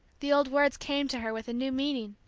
the old words came to her with a new meaning.